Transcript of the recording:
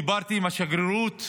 דיברתי עם השגרירות.